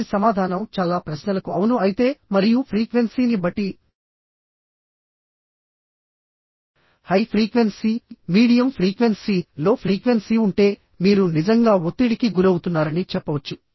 మీ సమాధానం చాలా ప్రశ్నలకు అవును అయితే మరియు ఫ్రీక్వెన్సీని బట్టి high frequency medium frequency low frequency ఉంటే మీరు నిజంగా ఒత్తిడికి గురవుతున్నారని చెప్పవచ్చు